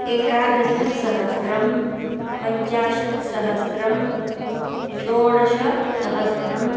एकादशसहस्रं पञ्चाशत्सहस्रं षोडशसहस्रम्